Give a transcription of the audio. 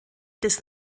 des